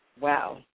wow